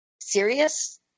serious